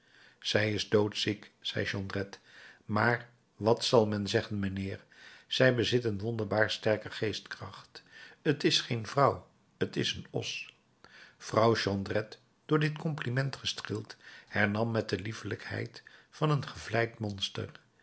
zij is doodziek zei jondrette maar wat zal men zeggen mijnheer zij bezit een wonderbaar sterke geestkracht t is geen vrouw t is een os vrouw jondrette door dit compliment gestreeld hernam met de liefelijkheid van een gevleid monster